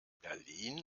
berlin